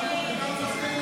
את הצעת